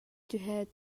түһээт